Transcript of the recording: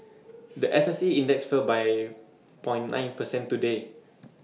The S S E index fell by point nine percent today